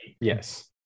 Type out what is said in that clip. Yes